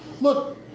Look